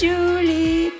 Julie